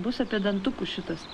bus apie dantukus šitas